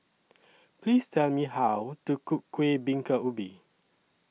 Please Tell Me How to Cook Kueh Bingka Ubi